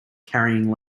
carrying